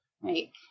right